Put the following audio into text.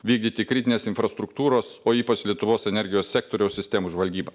vykdyti kritinės infrastruktūros o ypač lietuvos energijos sektoriaus sistemų žvalgybą